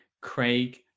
Craig